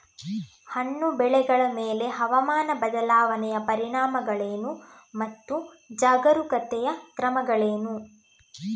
ಹಣ್ಣು ಬೆಳೆಗಳ ಮೇಲೆ ಹವಾಮಾನ ಬದಲಾವಣೆಯ ಪರಿಣಾಮಗಳೇನು ಮತ್ತು ಜಾಗರೂಕತೆಯಿಂದ ಕ್ರಮಗಳೇನು?